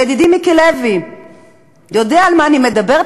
וידידי מיקי לוי יודע על מה אני מדברת,